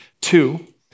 Two